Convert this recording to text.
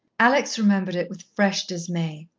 alex remembered it with fresh dismay.